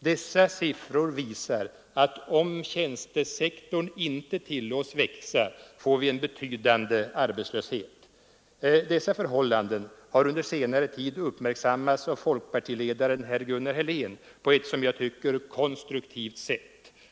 Dessa siffror visar att om tjänstesektorn inte tillåts växa får vi en betydande arbetslöshet. Dessa förhållanden har på senare tid uppmärksammats av folkpartiledaren Gunnar Helén på ett som jag tycker konstruktivt sätt.